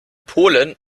polen